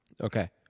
Okay